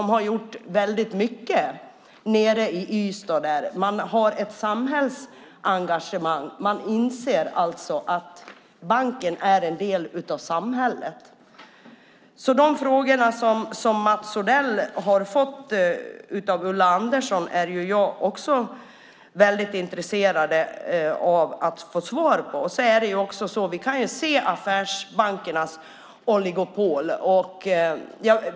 Man har gjort väldigt mycket nere i Ystad. Man har ett samhällsengagemang. Man inser alltså att banken är en del av samhället. Jag är också väldigt intresserad av att få svar på de frågor som Mats Odell har fått av Ulla Andersson. Vi kan se affärsbankernas oligopol.